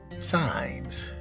signs